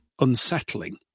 unsettling